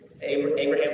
Abraham